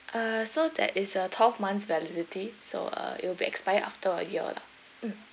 uh so that is a twelve months validity so uh it'll be expired after a year lah mm